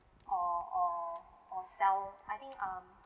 or or or sell I think um